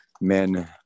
men